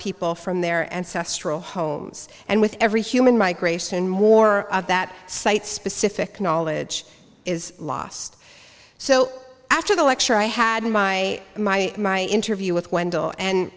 people from their ancestral homes and with every human migration more that site specific knowledge is lost so after the lecture i had my my my interview with wendell and